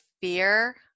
fear